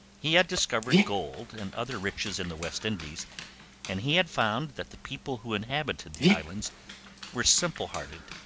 he had discovered gold and other riches in the west indies and he had found that the people who inhabited the islands were simple-hearted,